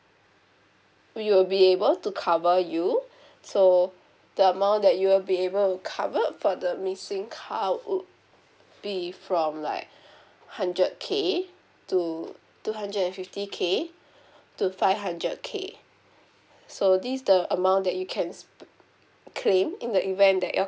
we will be able to cover you so the amount that we will be able to cover for the missing car would be from like hundred K to two hundred and fifty K to five hundred K so this the amount that you can claim in the event that your